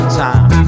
time